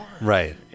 Right